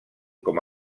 com